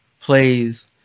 plays